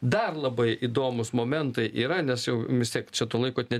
dar labai įdomūs momentai yra nes jau vis tiek čia to laiko ne